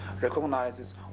recognizes